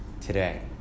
today